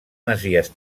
masies